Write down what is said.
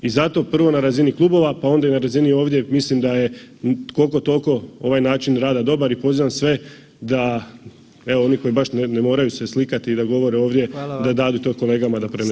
I zato prvo na razini klubova, pa onda i na razini ovdje mislim da je koliko toliko ovaj način rada dobar i pozivam sve da oni koji baš ne moraju se slikati i da govore ovdje [[Upadica: Hvala vam.]] da datu to kolegama da